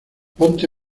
ponte